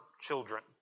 children